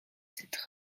cette